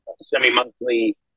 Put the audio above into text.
semi-monthly